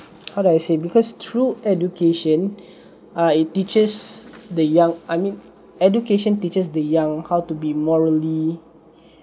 how do I say because through education err it teaches the young I mean education teaches the young how to be morally